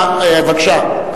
בבקשה,